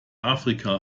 afrika